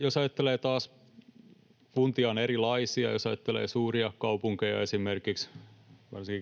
Jos ajattelee taas, että kuntia on erilaisia, ja jos ajattelee suuria kaupunkeja, esimerkiksi